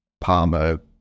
Palmer